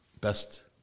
Best